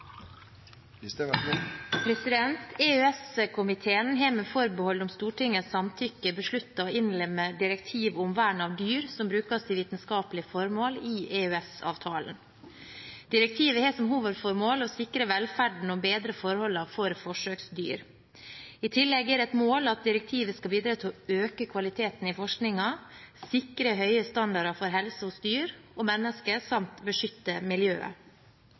forslag. EØS-komiteen har med forbehold om Stortingets samtykke besluttet å innlemme direktiv om vern av dyr som brukes til vitenskapelige formål, i EØS-avtalen. Direktivet har som hovedformål å sikre velferden og bedre forholdene for forsøksdyr. I tillegg er det et mål at direktivet skal bidra til å øke kvaliteten i forskningen, sikre høye standarder for helse hos dyr og mennesker samt beskytte miljøet.